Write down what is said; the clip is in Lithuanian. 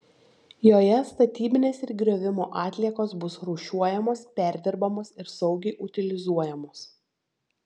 joje statybinės ir griovimo atliekos bus rūšiuojamos perdirbamos ir saugiai utilizuojamos